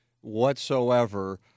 whatsoever